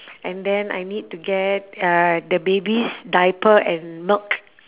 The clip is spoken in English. and then I need to get uh the baby's diaper and milk